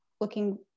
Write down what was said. looking